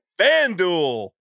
FanDuel